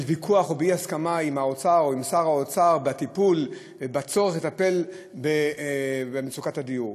ויכוח או של אי-הסכמה עם האוצר או עם שר האוצר בצורך לטפל במצוקת הדיור,